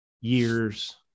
years